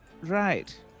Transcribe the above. Right